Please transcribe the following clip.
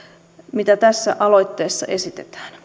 mitä tässä aloitteessa esitetään